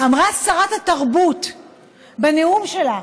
אמרה שרת התרבות בנאום שלה